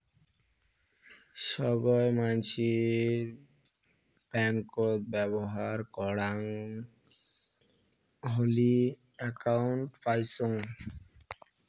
সোগায় মানসির ব্যাঙ্কত ব্যবহর করাং হলি একউন্ট পাইচুঙ